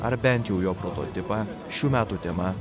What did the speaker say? ar bent jau jo prototipą šių metų tema